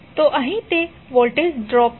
તો અહીં તે વોલ્ટેજ ડ્રોપ છે